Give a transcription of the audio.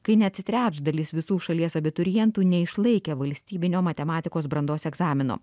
kai net trečdalis visų šalies abiturientų neišlaikė valstybinio matematikos brandos egzamino